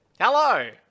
Hello